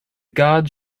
gods